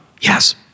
Yes